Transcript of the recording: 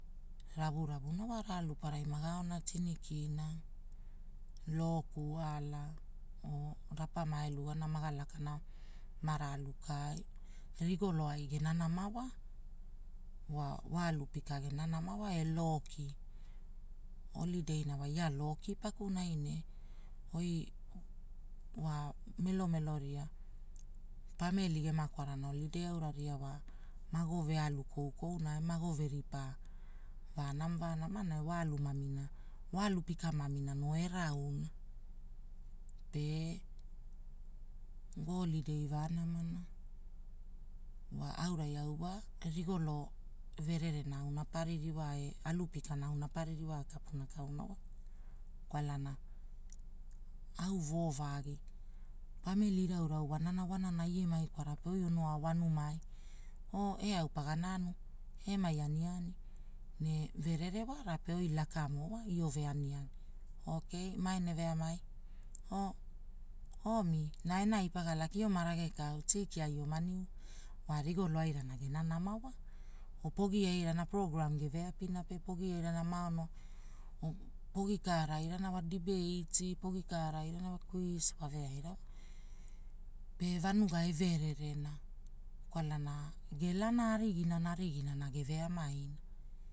Garavu ravu na wa, tinikina loku ala oo rapa mae lugana maga lakana ma ralukaai rigoloai gena nama wa, loki. Olideina gia loki pakunai ne oi wa melo melo ria pamili gema kwarana olidei aura wa, maago vealu koukouna e maago veripa vaa nama vaa namana ne wa alu mamina, wa alu pika. mamina noo erauna. Pe goolidei vaa namana wa aunai wa rigolo vererena aunapaririwa e alu pikana auna paririwa kau wa, kwalana wa au voo vagi pamili inauinau woananan ia mai kwara pe oi ono ao wanumai oo eau paga nanu emai ani ani ne verere wara pe oi lakamo iore aniani okei maene. veamai oo, omi? na enenai palaka, ioma ragekau tii kia ioma niu, wa rigolo airana gena nama wa. Wa pogi airana pograam geve apina pe pogi airana maa ono, pogi airana kaairana diebeiti pogi kaaraaurana wa kwis wave aina wa, pe vanuga evererena kwalana gelana ariginana. ariginana geve amaina geve amaina.